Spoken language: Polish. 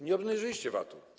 Nie obniżyliście VAT-u.